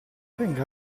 venga